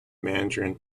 mandarin